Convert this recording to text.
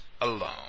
alone